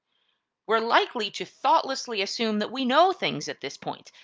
we're likely to thoughtlessly assume that we know things at this point,